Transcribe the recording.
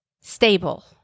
stable